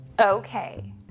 Okay